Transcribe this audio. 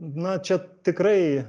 na čia tikrai